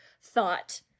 thought